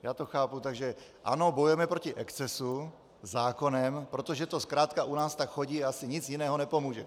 Já to chápu tak, že ano, bojujeme proti excesům zákonem, protože to zkrátka u nás tak chodí a asi nic jiného nepomůže.